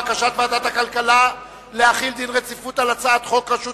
על בקשת ועדת הכלכלה להחיל דין רציפות על הצעת חוק רשות